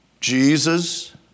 Jesus